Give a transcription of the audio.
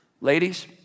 Ladies